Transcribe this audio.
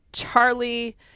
Charlie